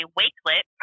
wakelet